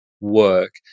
work